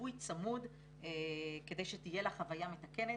ליווי צמוד כדי שתהיה לה חוויה מתקנת.